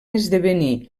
esdevenir